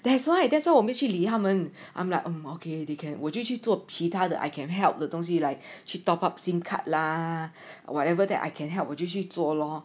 that's why that's why 我没去理他们 I'm like um okay they can't 我就去做其他的 I can help 东西来去 top up SIM card lah or whatever that I can help 我就去做 lor